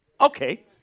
Okay